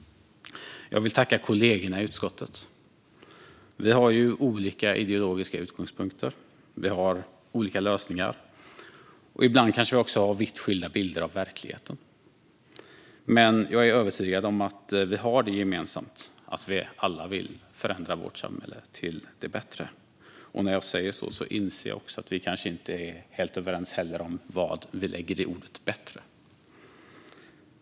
Jag vill tacka kollegorna i utskottet. Vi har olika ideologiska utgångspunkter, vi har olika lösningar och ibland kanske vi också har vitt skilda bilder av verkligheten. Men jag är övertygad om att vi har gemensamt att vi alla vill förändra vårt samhälle till det bättre. Och när jag säger så inser jag också att vi kanske inte heller är helt överens om vad vi lägger i ordet bättre.